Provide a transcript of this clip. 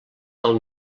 del